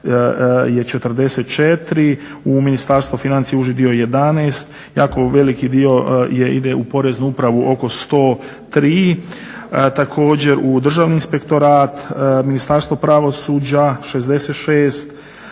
je 44, u Ministarstvu financija uži dio 11, jako veliki dio ide u Poreznu upravu oko 103.također u Državni inspektorat, Ministarstvo pravosuđa 66,